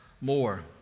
more